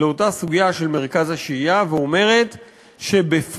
לאותה סוגיה של מרכז השהייה ואומרת שבפועל,